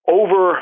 over